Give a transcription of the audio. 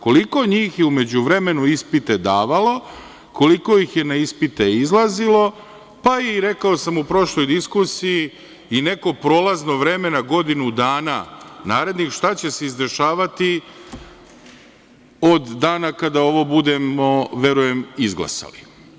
Koliko je njih u međuvremenu ispite davalo, koliko ih je na ispite izlazilo, pa, i, rekao sam u prošloj diskusiji, i neko prolazno vreme na godinu narednih dana šta će se izdešavati od dana kada ovo budemo, verujem, izglasali.